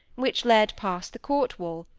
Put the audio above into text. which led past the court-wall,